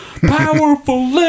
Powerful